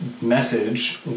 message